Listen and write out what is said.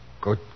Good